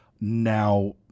now